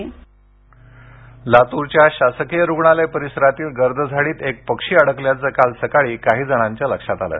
पक्षी लातूरच्या शासकीय रुग्णालय परिसरातील गर्द झाडीत एक पक्षी अडकल्याचं काल सकाळी काही जणांच्या लक्षात आलं